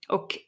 Och